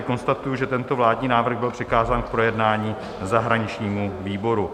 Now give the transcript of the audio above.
Konstatuji tedy, že tento vládní návrh byl přikázán k projednání zahraničnímu výboru.